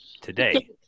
today